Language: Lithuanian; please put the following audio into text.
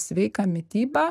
sveiką mitybą